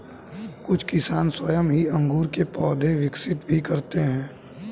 कुछ किसान स्वयं ही अंगूर के पौधे विकसित भी करते हैं